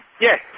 Yes